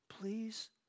please